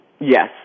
Yes